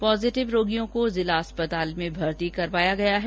positive रोगियों को जिला अस्पताल में भर्ती करा दिया गया है